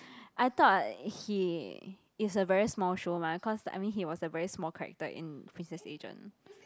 I thought he is a very small show mah cause I mean he was a very small character in Princess Agent